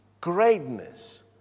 greatness